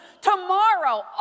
tomorrow